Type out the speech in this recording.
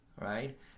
right